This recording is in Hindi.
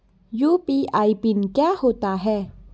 यु.पी.आई पिन क्या होता है?